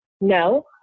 no